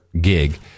gig